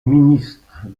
ministres